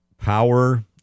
power